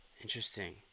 Interesting